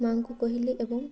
ମାଆଙ୍କୁ କହିଲେ ଏବଂ